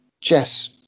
Jess